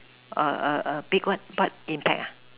a a a big what what impact